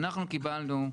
אנחנו קיבלנו,